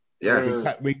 Yes